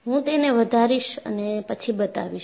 હું તેને વધારીશ અને પછી બતાવીશ